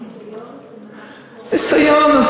ניסיון זה, ניסיון?